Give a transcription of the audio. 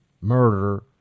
murder